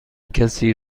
کسی